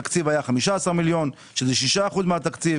התקציב היה 15 מיליון שזה 6% מהתקציב